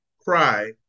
cry